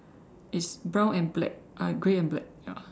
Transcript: it's brown and black uh grey and black ya